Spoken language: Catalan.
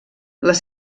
les